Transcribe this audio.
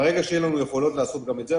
ברגע שיהיו לנו יכולות לעשות גם את זה,